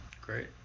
great